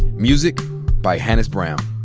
music by hannis brown.